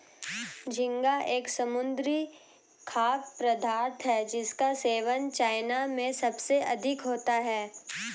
झींगा एक समुद्री खाद्य पदार्थ है जिसका सेवन चाइना में सबसे अधिक होता है